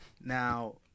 Now